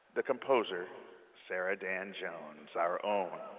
the composer sarah dan jones, our own.